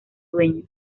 dueño